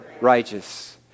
righteous